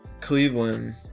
Cleveland